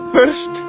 First